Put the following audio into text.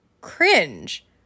cringe